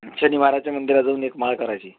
शनि महाराजच्या मंदिरात जाऊन एक माळ करायची